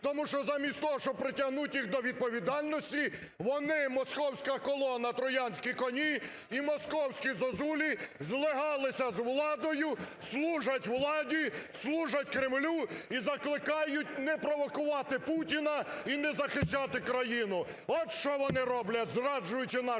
тому що замість того, щоб притягнути їх до відповідальності, вони: "московська колона", "троянські коні" і "московські зозулі" – злигалися з владою, служать владі, служать Кремлю і закликають не провокувати Путіна і не захищати країну. От, що вони роблять, зраджуючи нашу